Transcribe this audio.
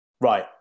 Right